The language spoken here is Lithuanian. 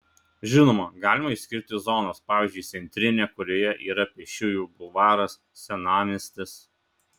žinoma galima išskirti zonas pavyzdžiui centrinė kurioje yra pėsčiųjų bulvaras senamiestis